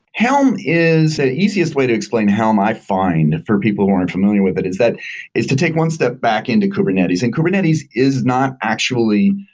helm is the and easiest way to explain helm, i find, for people who aren't familiar with that is that is to take one step back into kubernetes, and kubernetes is not actually,